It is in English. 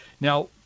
now